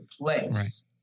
place